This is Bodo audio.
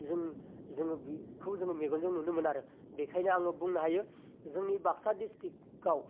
जों जोङो बेखौ मेगनजों नुनो मोनो आरो बेखायनो आङो बुंनो हायो जोंनि बाकसा डिस्ट्रिकाव